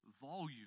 volume